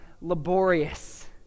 laborious